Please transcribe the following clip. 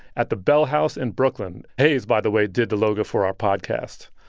at the bell house in brooklyn. haze, by the way, did the logo for our podcast.